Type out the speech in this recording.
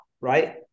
right